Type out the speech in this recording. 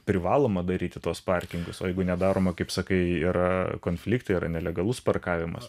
privaloma daryti tuos parkingus o jeigu nedaroma kaip sakai yra konfliktai yra nelegalus parkavimas